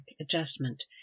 adjustment